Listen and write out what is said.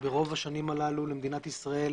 שברוב השנים הללו למדינת ישראל